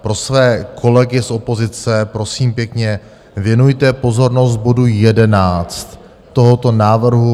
Pro své kolegy z opozice: Prosím pěkně, věnujte pozornost bodu 11 tohoto návrhu.